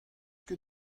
ket